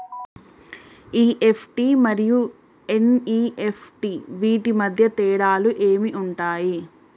EFT మరియు NEFT వీటి మధ్య తేడాలు ఏమి ఉంటాయి?